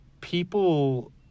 people